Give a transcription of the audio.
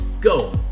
Go